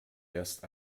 erst